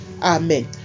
amen